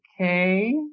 okay